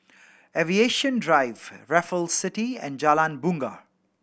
Aviation Drive Raffle City and Jalan Bungar